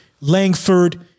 Langford